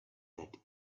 that